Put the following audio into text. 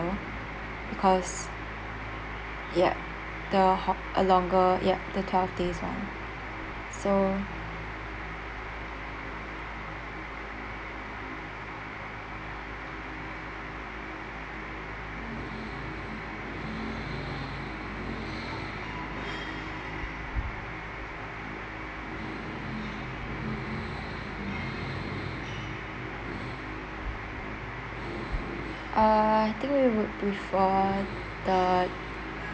better because ya the longer ya the twelve days one so uh I think we would prefer the